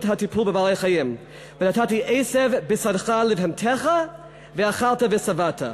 הטיפול בבעלי-חיים: "ונתתי עשב בשדך לבהמתך ואכלת ושבעת".